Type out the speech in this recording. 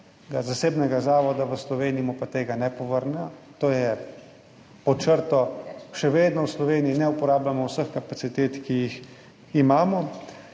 zasebnega zavoda v Sloveniji, mu pa tega ne povrne. To je pod črto. Še vedno v Sloveniji ne uporabljamo vseh kapacitet, ki jih imamo.